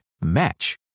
match